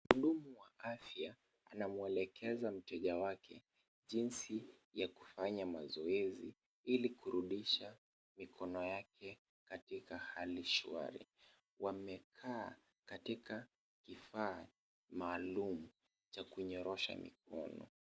Mhudumu wa afya anamuelekeza mteja wake, jinsi ya kufanya mazoezi ili kurudisha mikono yake katika hali shwari. Wamekaa katika kifaa maalum cha kunyorosha mikono.